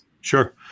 Sure